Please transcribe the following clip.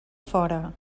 fora